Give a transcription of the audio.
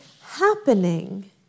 happening